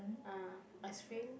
uh ice cream